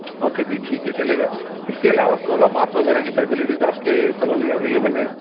okay جی ٹھیک ہے چلے گا اس کے علاوہ سونا باتھ وغیرہ کی فیسیلٹیز آپ کے سلون میں اویلبل ہیں